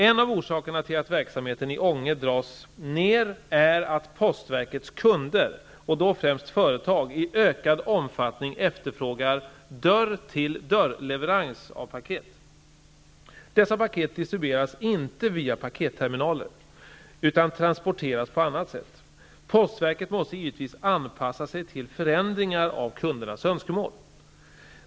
En av orsakerna till att verksamheten i Ånge dras ned är att postverkets kunder, och då främst företag, i ökad omfattning efterfrågar dörr-tilldörr-leverans av paket. Dessa paket distribueras inte via paketterminaler, utan transporteras på annat sätt. Postverket måste givetvis anpassa sig till förändringar av kundernas önskemål.